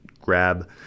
grab –